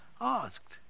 asked